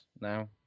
now